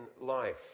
life